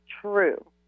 true